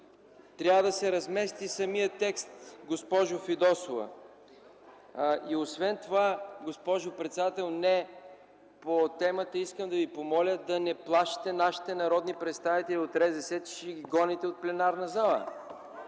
Трябва да се размести самият текст, госпожо Фидосова. Освен това, госпожо председател, не по темата – искам да Ви помоля да не плашите народните представители от РЗС, че ще ги гоните от пленарната зала.